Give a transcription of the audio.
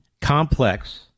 complex